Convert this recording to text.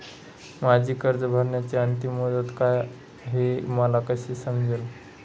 माझी कर्ज भरण्याची अंतिम मुदत काय, हे मला कसे समजेल?